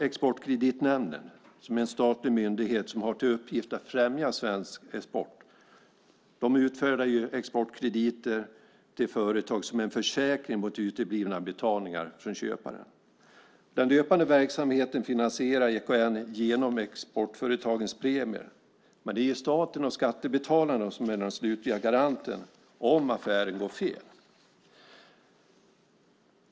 Exportkreditnämnden är en statlig myndighet som har till uppgift att främja svensk export. De utfärdar exportkrediter till företag som en försäkring mot uteblivna betalningar från köpare. Den löpande verksamheten finansierar EKN genom exportföretagens premier, men det är staten och skattebetalarna som är den slutliga garanten om affären går fel.